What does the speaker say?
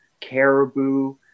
caribou